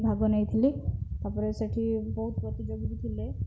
ଭାଗ ନେଇଥିଲି ତା'ପରେ ସେଠି ବହୁତ ପ୍ରତିଯୋଗୀ ଥିଲେ